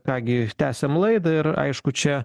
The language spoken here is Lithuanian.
ką gi tęsiam laidą ir aišku čia